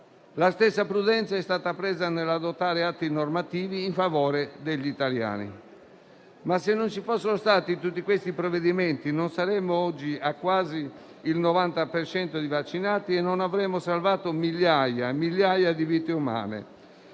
La stessa prudenza è stata presa nell'adottare atti normativi in favore degli italiani. Se però non ci fossero stati tutti i provvedimenti emanati, oggi non saremmo a quasi il 90 per cento di vaccinati e non avremmo salvato migliaia e migliaia di vite umane.